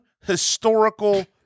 historical